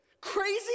Crazy